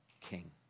king